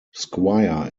squire